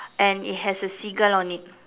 and it has a seagull on it